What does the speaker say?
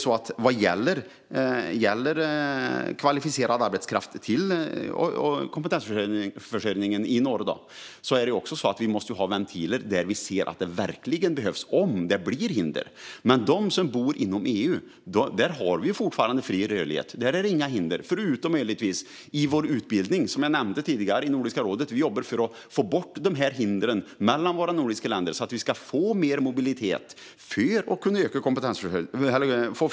När det gäller kvalificerad arbetskraft och kompetensförsörjningen i norr måste vi ha ventiler där vi ser att det verkligen behövs och om det uppstår hinder. Men de som bor inom EU har fortfarande fri rörlighet. Där finns inga hinder - förutom möjligtvis inom utbildning, vilket jag nämnde tidigare. I Nordiska rådet jobbar vi för att få bort hindren mellan våra nordiska länder så att vi får mer mobilitet och få in fler i jobb.